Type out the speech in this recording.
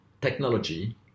technology